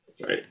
Right